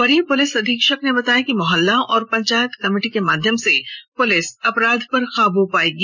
वरीय पुलिस अधीक्षक ने बताया कि मुहल्ला और पंचायत कमेटी के माध्यम से पुलिस अपराध पर काबू पाएगी